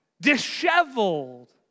disheveled